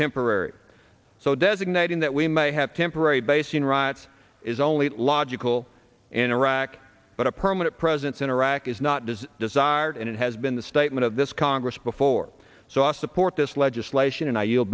temporary so designating that we may have temporary base in rots is only logical in iraq but a permanent presence in iraq is not as desired and it has been the statement of this congress before so i support this legislation and